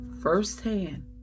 firsthand